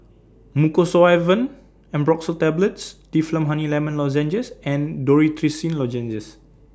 Mucosolvan Ambroxol Tablets Difflam Honey Lemon Lozenges and Dorithricin Lozenges